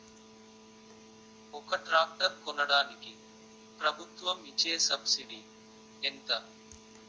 ఒక ట్రాక్టర్ కొనడానికి ప్రభుత్వం ఇచే సబ్సిడీ ఎంత?